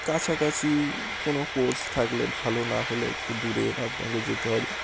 কাছাকাছি কোনো কোর্স থাকলে ভালো না হলে একটু দূরে আপনাকে যেতে হবে